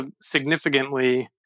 significantly